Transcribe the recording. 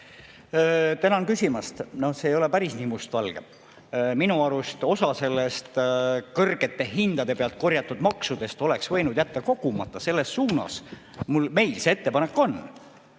Tänan küsimast! No see ei ole päris nii mustvalge. Minu arust osa nendest kõrgete hindade pealt korjatud maksudest oleks võinud jätta kogumata, selles suunas meil see ettepanek on.